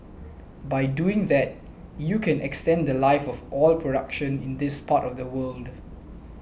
by doing that you can extend the Life of oil production in this part of the world